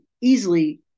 easily –